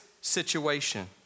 situation